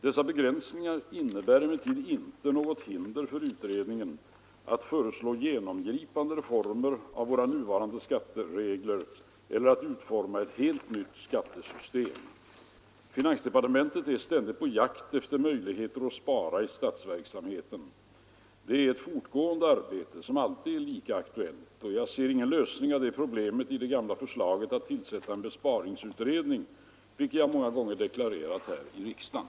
Dessa begränsningar innebär emellertid inte något hinder för utredningen att föreslå genomgripande reformer av våra nuvarande skatteregler eller att utforma ett helt nytt skattesystem. Finansdepartementet är ständigt på jakt efter möjligheter att spara i statsverksamheten. Det är ett fortgående arbete som alltid är lika aktuellt. Jag ser ingen lösning av problemet i det gamla förslaget att tillsätta en besparingsutredning, vilket jag många gånger deklarerat bl.a. här i riksdagen.